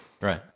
Right